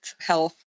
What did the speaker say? health